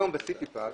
היום לגבי סיטיפס